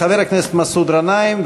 חבר הכנסת מסעוד גנאים,